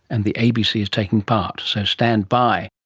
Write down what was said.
and the abc is taking part, so stand by